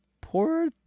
poor